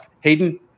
Hayden